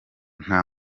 nta